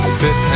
sit